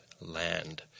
land